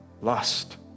Lust